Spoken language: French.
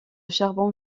charbon